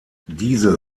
diese